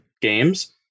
games